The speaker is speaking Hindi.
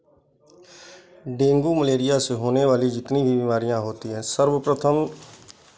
डेंगू मलेरिया से होने वाली जितनी भी बीमारियाँ होती हैं सर्वप्रथम